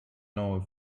know